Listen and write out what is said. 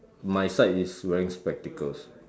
my side is wearing spectacles